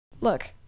Look